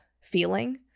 feeling